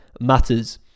Matters